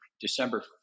December